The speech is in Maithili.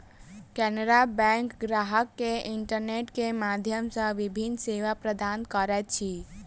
केनरा बैंक ग्राहक के इंटरनेट के माध्यम सॅ विभिन्न सेवा प्रदान करैत अछि